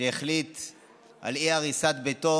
על אי-הריסת ביתו